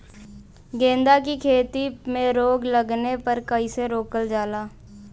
गेंदा की खेती में रोग लगने पर कैसे रोकल जाला?